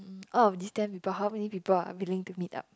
um out of these ten people how many people are willing to meet up